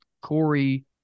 Corey